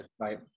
Right